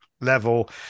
level